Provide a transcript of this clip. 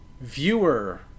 viewer